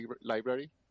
library